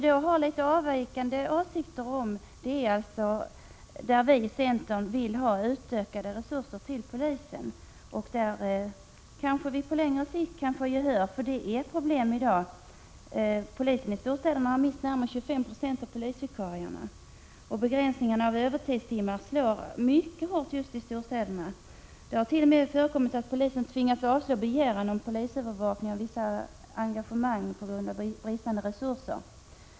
De avvikande åsikterna gäller att vi i centern vill ha utökade resurser till polisen, men även där kanske vi kan få gehör på längre sikt — det finns problem i dag. Polisen i storstäderna har mist närmare 25 26 av polisvikarierna, och begränsningen av antalet övertidstimmar slår mycket hårt just i storstäderna. Det har t.o.m. förekommit att polisen tvingats att avslå begäran om polisövervakning av vissa engagemang på grund av bristande resurser.